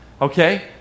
Okay